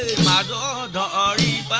and la da da